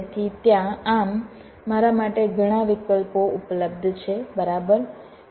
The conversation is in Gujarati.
તેથી ત્યાં આમ મારા માટે ઘણા વિકલ્પો ઉપલબ્ધ છે બરાબર